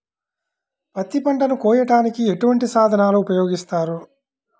పత్తి పంటను కోయటానికి ఎటువంటి సాధనలు ఉపయోగిస్తారు?